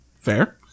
Fair